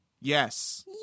Yes